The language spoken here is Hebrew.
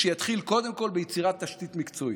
שיתחיל קודם כול ביצירת תשתית מקצועית.